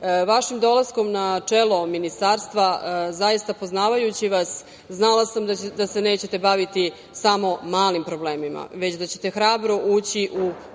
vašim dolaskom na čelo ministarstva zaista poznavajući vas, znala sam da se nećete baviti samo malim problemima, već da ćete hrabro ući u